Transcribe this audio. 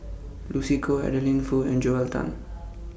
Lucy Koh Adeline Foo and Joel Tan